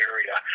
Area